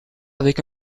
avec